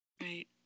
Right